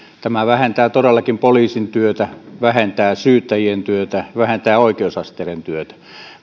tämä vähentää todellakin poliisin työtä vähentää syyttäjien työtä vähentää oikeusasteiden työtä